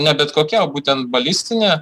ne bet kokia o būtent balistinė